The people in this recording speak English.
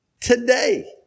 today